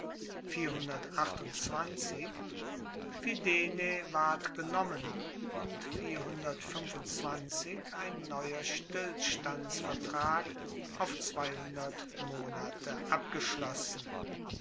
fidenae ward genommen und ein neuer stillstandsvertrag auf monate abgeschlossen